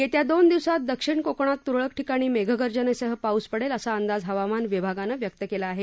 येत्या दोन दिवसांत दक्षिण कोकणात तुरळक ठिकाणी मेघगर्जनेसह पाऊस पडेल असा अंदाज हवामान विभागानं व्यक्त केला आहे